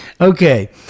okay